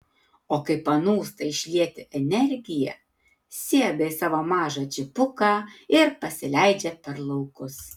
o kai panūsta išlieti energiją sėda į savo mažą džipuką ir pasileidžia per laukus